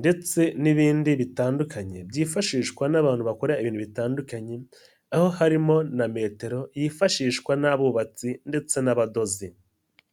ndetse n'ibindi bitandukanye byifashishwa n'abantu bakora ibintu bitandukanye, aho harimo na metero yifashishwa n'abubatsi ndetse n'abadozi.